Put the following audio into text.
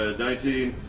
ah nineteen.